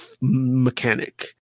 mechanic